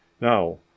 now